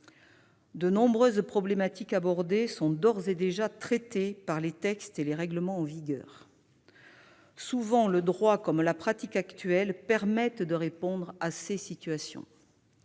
de nombreuses problématiques abordées étant d'ores et déjà traitées par des textes et des règlements en vigueur. Souvent, le droit comme la pratique actuelle permettent de répondre à ces situations.